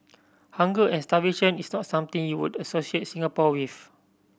hunger and starvation is not something you would associate Singapore with